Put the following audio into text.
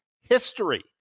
history